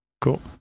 Cool